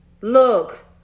Look